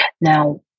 Now